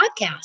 podcast